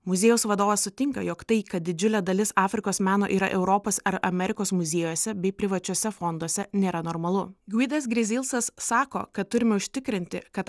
muziejaus vadovas sutinka jog tai kad didžiulė dalis afrikos meno yra europos ar amerikos muziejuose bei privačiuose fonduose nėra normalu gvidas grizilsas sako kad turime užtikrinti kad